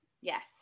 Yes